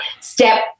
step